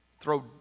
throw